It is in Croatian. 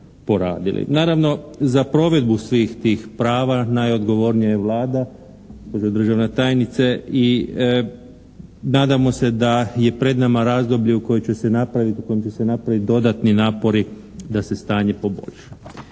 Naravno, za provedbu tih svih prava najodgovornija je Vlada, gospođo državna tajnice, i nadamo se da je pred nama razdoblje u kojem će se napraviti dodatni napori da se stanje poboljša.